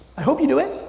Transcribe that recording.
i hope you do it.